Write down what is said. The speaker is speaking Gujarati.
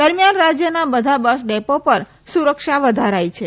દરમિયાન રાજ્યના બધા બસ ડેપો પણ સુરક્ષા વધારાઈ છે